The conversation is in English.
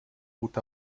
put